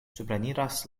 supreniras